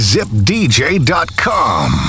ZipDJ.com